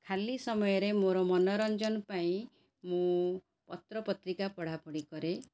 ଖାଲି ସମୟରେ ମୋର ମନୋରଞ୍ଜନ ପାଇଁ ମୁଁ ପତ୍ର ପତ୍ରିକା ପଢ଼ାପଢ଼ି କରେ